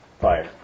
Fire